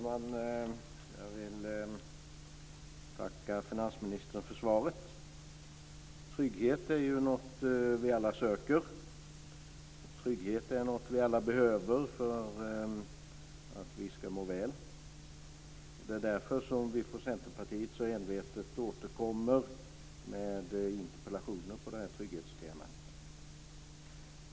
Fru talman! Jag vill tacka finansministern för svaret. Trygghet är ju något som vi alla söker och trygghet är något som vi alla behöver för att vi ska må väl. Det är därför som vi i Centerpartiet så envetet återkommer med interpellationer på trygghetstemat.